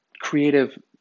creative